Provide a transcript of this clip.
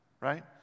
right